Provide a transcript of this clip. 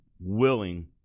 willing